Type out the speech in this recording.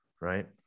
right